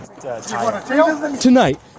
Tonight